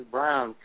Brown